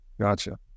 Gotcha